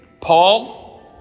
Paul